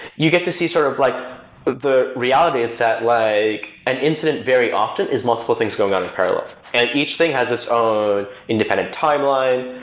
you get to see sort of like the reality that like an incident very often is multiple things going out on parallel. and each thing has its own independent timeline.